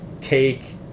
take